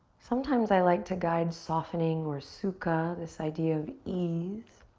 sometimes i like to guide softening or sukha, this idea of ease